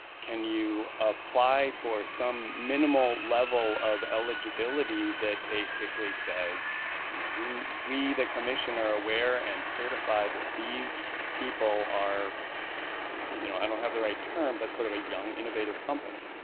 can you apply for some minimal level of eligibility that basically says you know we, the commission, are aware and certify that these people are you know i don't have the right term but sort of a young innovative company.